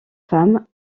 femme